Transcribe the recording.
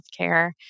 healthcare